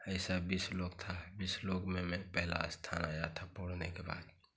ऐसा बीस लोग था बीस लोग में मैं पहला स्थान आया था पौढ़ने के बाद